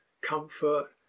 Comfort